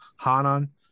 hanan